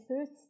first